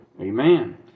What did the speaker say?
Amen